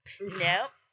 nope